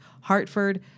hartford